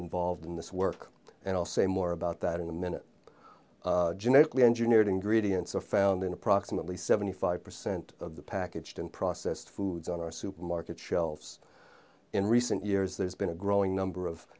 involved in this work and i'll say more about that in a minute genetically engineered ingredients are found in approximately seventy five percent of the packaged and processed foods on our supermarket shelves in recent years there's been a growing number of